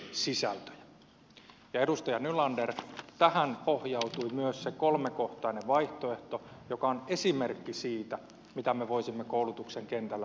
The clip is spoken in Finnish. ja edustaja nylander tähän pohjautui myös se kolmekohtainen vaihtoehto joka on esimerkki siitä mitä me voisimme koulutuksen kentällä tehdä